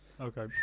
Okay